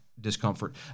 discomfort